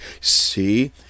see